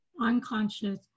unconscious